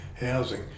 housing